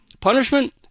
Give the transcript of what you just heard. Punishment